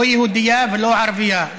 לא יהודייה ולא ערבייה,